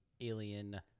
alien